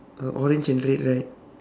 oh orange and red right